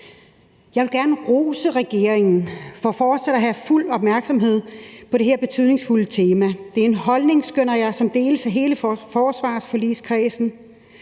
Jeg vil gerne rose regeringen for fortsat at have fuld opmærksomhed på det her betydningsfulde tema. Det er en holdning, skønner jeg, som deles af hele forsvarsforligskredsen.